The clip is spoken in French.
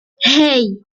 hey